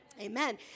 Amen